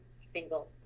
single